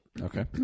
Okay